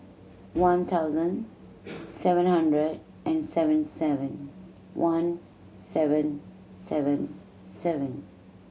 one thousand seven hundred and seventy seven one seven seven seven